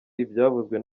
ibyavuzwe